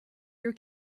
your